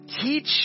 teach